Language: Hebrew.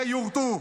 ייורטו,